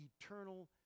eternal